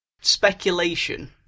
speculation